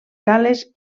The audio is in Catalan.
cales